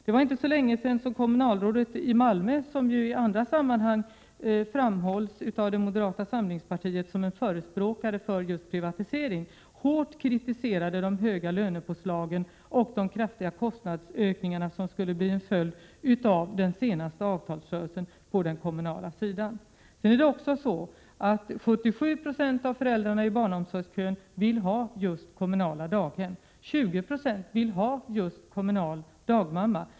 Det är inte så länge sedan kommunalrådet i Malmö, som i andra sammanhang av moderata samlingspartiet framhålls som förespråkare för just privatisering, hårt kritiserade de höga lönepåslagen och de kraftiga kostnadsökningar som skulle bli en följd av den senaste avtalsrörelsen på den kommunala sidan. 77 Yo av föräldrarna i barnomsorgskön vill ha just kommunala daghem. 20 96 vill ha just kommunal dagmamma.